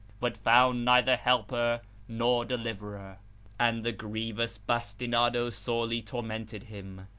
but found neither helper nor deliverer and the grievous bastinado sorely tormented him.